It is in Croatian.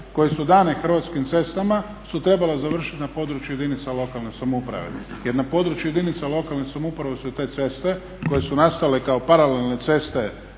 koje su dani Hrvatskim cestama su trebala završiti na području jedinica lokalne samouprave jer na području jedinica lokalne samouprave su te ceste koje su nastale kao paralelne ceste